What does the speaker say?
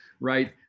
right